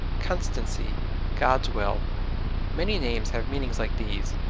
constancy god's will many names have meanings like these.